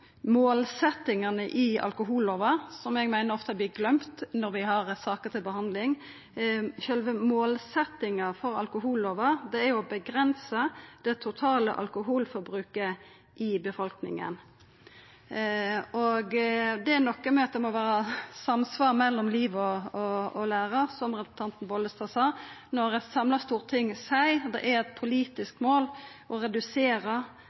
målsettingane i alkohollova, som eg meiner ofte vert gløymt når vi har saker til behandling. Sjølve målsettinga for alkohollova er å avgrensa det totale alkoholforbruket i befolkninga. Det må vera samsvar mellom liv og lære, som representanten Bollestad sa. Når eit samla storting seier at det er eit politisk mål å redusera